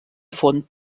font